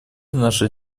наша